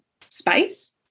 space